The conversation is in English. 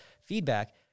feedback